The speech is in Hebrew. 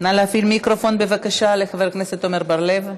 להפעיל מיקרופון, בבקשה, לחבר הכנסת עמר בר-לב.